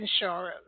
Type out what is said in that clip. insurance